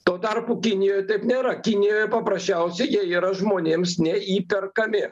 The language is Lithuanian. tuo tarpu kinijoj taip nėra kinijoje paprasčiausiai jie yra žmonėms neįperkami